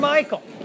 Michael